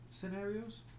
scenarios